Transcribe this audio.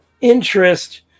interest